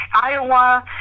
iowa